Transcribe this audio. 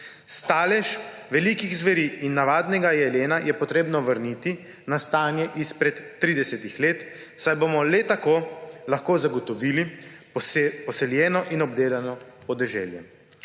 Stalež velikih zveri in navadnega jelena je treba vrniti na stanje izpred 30 let, saj bomo le tako lahko zagotovili poseljeno in obdelano podeželje.